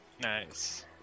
Nice